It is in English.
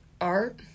Art